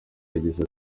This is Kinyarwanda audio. yagize